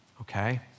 okay